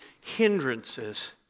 hindrances